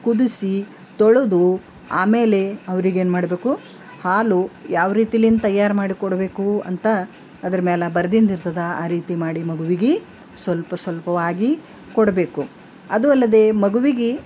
ಕುದಿಸಿ ತೊಳೆದು ಆಮೇಲೆ ಅವರಿಗೆ ಏನ್ಮಾಡ್ಬೇಕು ಹಾಲು ಯಾವ್ರೀತಿಯಿಂದ ತಯಾರು ಮಾಡಿ ಕೊಡಬೇಕು ಅಂತ ಅದರ ಮೇಲೆ ಬರೆದಿದ್ದಿರ್ತದೆ ಆ ರೀತಿ ಮಾಡಿ ಮಗುವಿಗೆ ಸ್ವಲ್ಪ ಸ್ವಲ್ಪವಾಗಿ ಕೊಡಬೇಕು ಅದು ಅಲ್ಲದೇ ಮಗುವಿಗೆ